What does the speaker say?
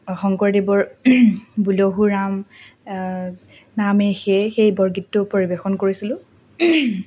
শংকৰদেৱৰ বুলহুৰাম নামেহে সেই বৰগীতটো পৰিৱেশন কৰিছিলোঁ